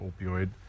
opioid